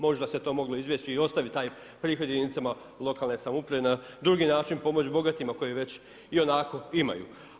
Možda se to moglo izbjeći i ostaviti taj prihod jedinicama lokalne samouprave na drugi način pomoć bogatima koji već ionako imaju.